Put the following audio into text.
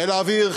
חיל האוויר,